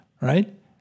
right